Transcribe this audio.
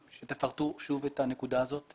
שתפרטו שוב את הנקודה הזאת?